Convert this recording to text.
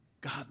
God